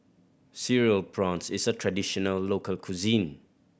Cereal Prawns is a traditional local cuisine